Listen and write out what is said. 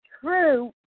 true